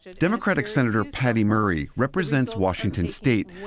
democratic senator patty murray represents washington state,